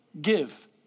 give